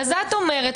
את אומרת